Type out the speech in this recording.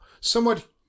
somewhat